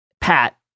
Pat